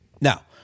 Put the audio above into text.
Now